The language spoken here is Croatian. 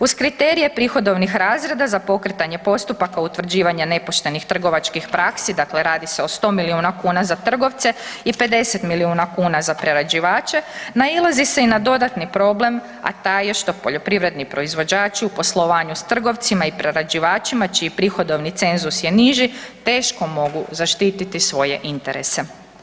Uz kriterije prihodovnih razreda za pokretanje postupaka utvrđivanje nepoštenih trovačkih praksi, dakle radi se o 100 milijuna kuna za trgovce i 50 milijuna kuna za prerađivače nailazi se i na dodatni problem, a taj je što poljoprivredni proizvođači u poslovanju s trgovcima i prerađivačima čiji prihodovni cenzus je niži teško mogu zaštiti svoje interes.